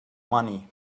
money